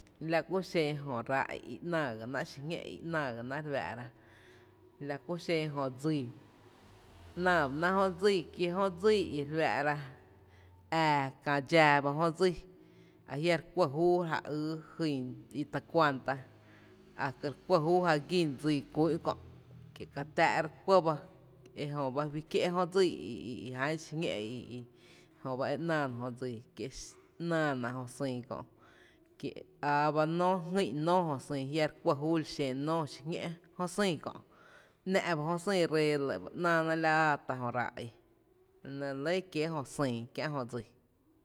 La kú xen jö ráá’ i náá gá ná xi ñǿ’ i ‘náá ga ná re fáá’ra, la ku xen jö dsii, ‘náába ná jö dsii ki jö dsíí i re fáá’ra ää kää dxaa bá jö dsíí a jia’ re kuó júú e re ja ýý i ta kuanta aký’ re kuó júú ja gín dsii kú’n kö, kie’ ka tⱥⱥ’ re kué bá, ejö ba fí kié’ jö dsíí i jan xi ñǿ’ ejöba e náá na jö dsii, kie’ ‘náána jö sÿÿ kö’ kie’ aaba nóó, jngý’n nóó jö sÿÿ jia’ re kué júú li xen nóó xi ñó’ jö sÿÿ kö’, ‘náá’ ba jö sÿÿ, ree lɇ ba ‘náána la áá tá’ jö ráá’ i, e nɇ re lɇ e kiee’ jö xÿÿ kiä’ jö dsii.